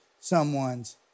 someone's